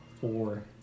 four